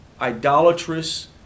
idolatrous